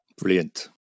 brilliant